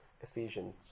Ephesians